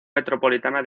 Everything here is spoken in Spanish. metropolitana